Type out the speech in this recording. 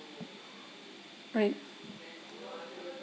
right